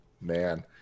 Man